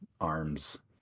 arms